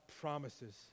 promises